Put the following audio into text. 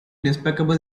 despicable